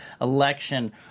Election